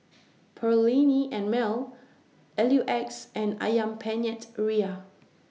Perllini and Mel L U X and Ayam Penyet Ria